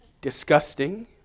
disgusting